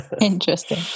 interesting